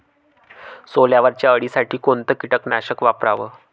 सोल्यावरच्या अळीसाठी कोनतं कीटकनाशक वापराव?